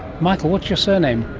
mikael, what's your surname?